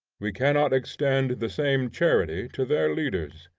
we cannot extend the same charity to their leaders.